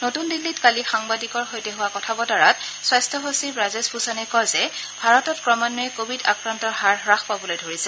নতুন দিল্লীত কালি সাংবাদিকৰ সৈতে হোৱা কথা বতৰাত স্বাস্থ্য সচিব ৰাজেশ ভূষণে কয় যে ভাৰতত ক্ৰমান্বয়ে কোভিড আক্ৰান্তৰ হাৰ হাস পাবলৈ ধৰিছে